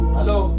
Hello